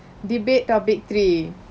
debate topic three